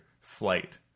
flight